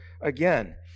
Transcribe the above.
again